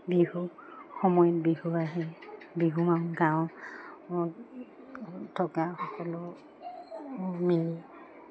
বিহুৰ সময়ত বিহু আহে বিহু মাৰোঁ গাঁৱত থকা সকলো মিলি